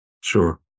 Sure